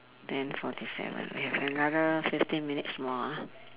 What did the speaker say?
ten forty seven we have another fifteen minutes more ah